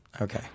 Okay